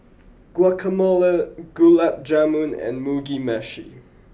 Guacamole Gulab Jamun and Mugi meshi